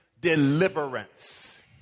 deliverance